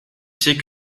sais